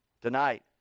Tonight